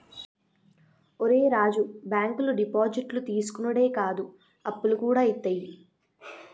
ఒరే రాజూ, బాంకులు డిపాజిట్లు తీసుకునుడే కాదు, అప్పులుగూడ ఇత్తయి